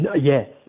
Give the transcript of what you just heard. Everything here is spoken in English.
Yes